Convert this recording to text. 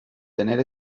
tener